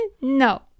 No